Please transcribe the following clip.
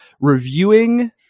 reviewing